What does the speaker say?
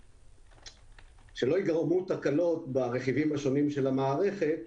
שלא ייגרמו תקלות ברכיבים השונים של המערכת.